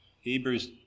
Hebrews